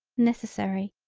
necessary.